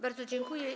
Bardzo dziękuję.